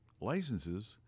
licenses